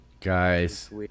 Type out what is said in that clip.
Guys